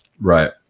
Right